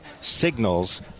signals